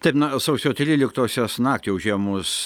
taip na sausio tryliktosios naktį užėmus